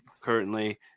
currently